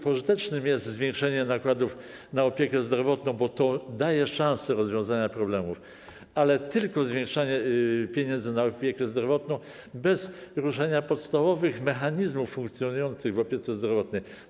Pożyteczne jest zwiększenie nakładów na opiekę zdrowotną, bo to daje szansę rozwiązania problemów, ale tylko zwiększenie pieniędzy na opiekę zdrowotną bez poruszania podstawowych mechanizmów funkcjonujących w opiece zdrowotnej.